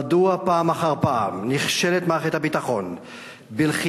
מדוע פעם אחר פעם נכשלת מערכת הביטחון בלכידתם